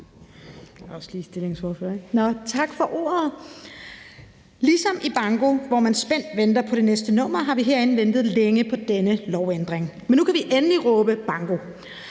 Tak for ordet. Ligesom i banko, hvor man spændt venter på det næste nummer, har vi herinde ventet længe på denne lovændring. Men nu kan vi endelig råbe banko!